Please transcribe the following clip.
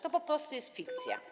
To po prostu jest fikcja.